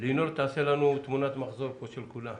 שהדרג המקצועי יתייחס.